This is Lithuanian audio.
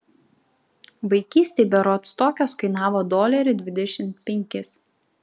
vaikystėj berods tokios kainavo dolerį dvidešimt penkis